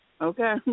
okay